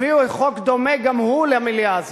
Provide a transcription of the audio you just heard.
הביאו חוק דומה גם הם למליאה הזאת.